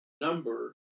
number